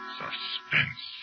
suspense